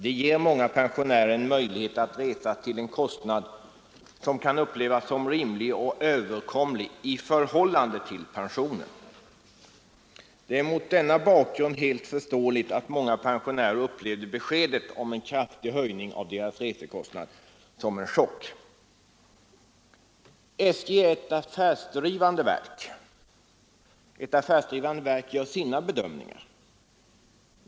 Det ger många pensionärer en möjlighet att resa till en kostnad som kan upplevas som rimlig och överkomlig i förhållande till pensionen. Mot denna bakgrund är det helt förståeligt att många pensionärer upplevde beskedet om en kraftig höjning av deras resekostnader som en chock. SJ är ett affärsdrivande verk, och ett sådant verk gör sina bedömningar.